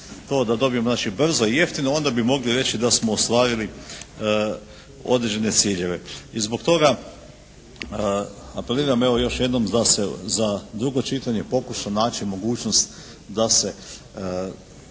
to da dobijemo znači brzo i jeftino onda bi mogli reći da smo ostvarili određene ciljeve i zbog toga apeliram evo još jednom da se za drugo čitanje pokuša naći mogućnost da se